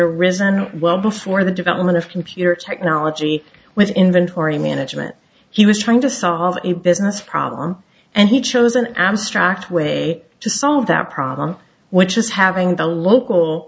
arisen well before the development of computer technology with inventory management he was trying to solve a business problem and he chose an abstract way to solve that problem which is having the local